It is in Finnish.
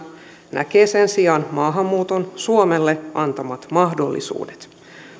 näkee sen sijaan maahanmuuton suomelle antamat mahdollisuudet